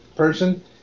Person